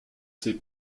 ces